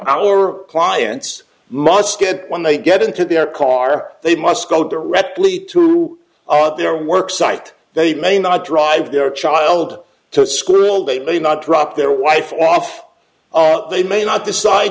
our clients must get when they get into their car they must go directly to are at their work site they may not drive their child to school they may not drop their wife off they may not decide